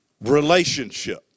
Relationship